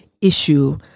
issue